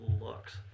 looks